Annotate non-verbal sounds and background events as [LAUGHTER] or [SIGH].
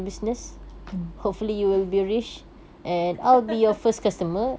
mm [LAUGHS]